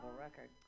record